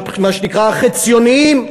מה שנקרא: החציוניים.